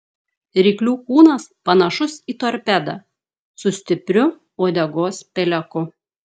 ryklių kūnas panašus į torpedą su stipriu uodegos peleku